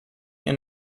and